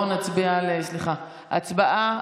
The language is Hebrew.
הצבעה,